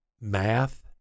math